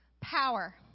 power